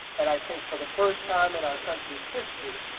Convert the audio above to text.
and i think for the first time in our country's history,